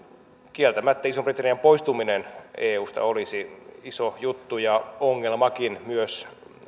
kieltämättä ison britannian poistuminen eusta olisi iso juttu ja ongelmakin myös